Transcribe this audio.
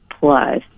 plus